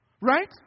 Right